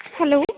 hello